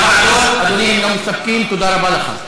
להעביר את זה לוועדות.